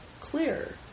clear